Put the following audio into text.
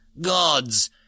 gods